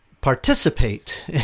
participate